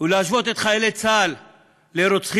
ולהשוות את חיילי צה"ל לרוצחים,